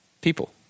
people